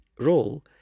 role